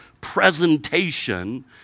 presentation